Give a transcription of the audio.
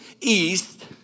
east